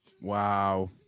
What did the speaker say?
wow